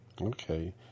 Okay